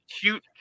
cute